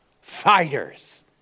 Fighters